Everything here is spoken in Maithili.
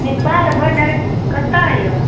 नेपाल बोर्डर कतऽ यऽ